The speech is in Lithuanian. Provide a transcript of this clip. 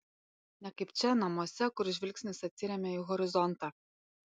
ne kaip čia namuose kur žvilgsnis atsiremia į horizontą